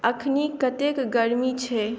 अखनि कतेक गर्मी छैक